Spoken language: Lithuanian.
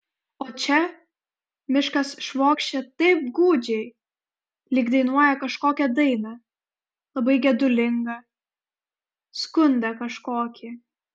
o čia miškas švokščia taip gūdžiai lyg dainuoja kažkokią dainą labai gedulingą skundą kažkokį